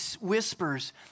whispers